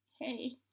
hey